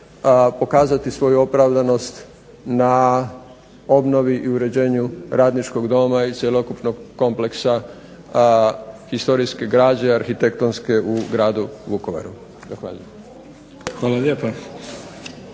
pokazati svoju opravdanost na obnovi i uređenju Radničkog doma i cjelokupnog kompleksa historijske građe arhitektonske u Gradu Vukovaru.